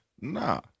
Nah